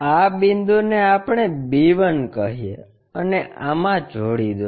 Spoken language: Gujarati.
આ બિંદુને આપણે b1 કહીએ અને આમાં જોડી દો